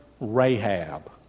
Rahab